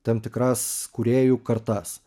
tam tikras kūrėjų kartas